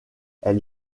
elle